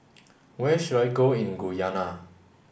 where should I go in Guyana